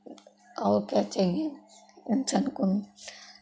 और क्या चाहिए इंसान को